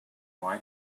why